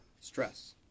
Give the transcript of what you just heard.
Stress